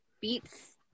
beats